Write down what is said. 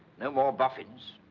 no more boffins.